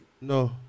No